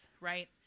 right